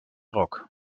rock